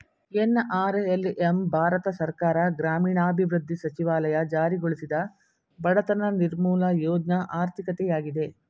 NRLM Bharat ಸರ್ಕಾರ ಗ್ರಾಮೀಣಾಭಿವೃದ್ಧಿ ಸಚಿವಾಲಯ ಜಾರಿಗೊಳಿಸಿದ ಬಡತನ ನಿರ್ಮೂಲ ಯೋಜ್ನ ಆರ್ಥಿಕತೆಯಾಗಿದೆ